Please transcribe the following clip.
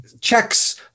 checks